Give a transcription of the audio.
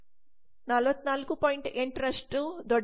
8 ನಷ್ಟು ದೊಡ್ಡ ಭಾಗ